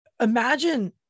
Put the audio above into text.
Imagine